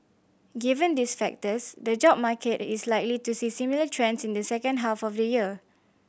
given these factors the job market is likely to see similar trends in the second half of the year